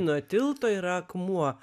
nuo tilto yra akmuo